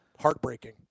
heartbreaking